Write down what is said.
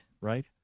right